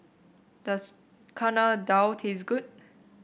does Chana Dal taste good